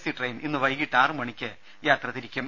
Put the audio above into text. C train ഇന്നു വൈകിട്ട് ആറു മണിക്ക് യാത്ര തിരിക്കും